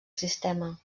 sistema